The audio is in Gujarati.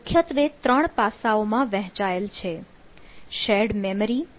તે મુખ્યત્વે ૩ પાસાઓમાં વહેંચાયેલ છે શેર્ડ મેમરી